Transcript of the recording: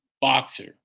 boxer